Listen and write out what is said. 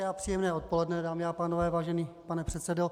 Hezké a příjemné odpoledne, dámy a pánové, vážený pane předsedo.